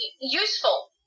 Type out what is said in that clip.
useful